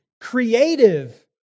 creative